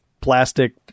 plastic